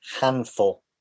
handful